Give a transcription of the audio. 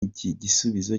igisubizo